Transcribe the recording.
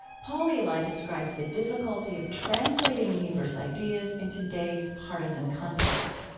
paul elie like describes the difficulty of translating niebuhr's ideas in today's partisan context.